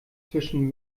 zwischen